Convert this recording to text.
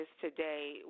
today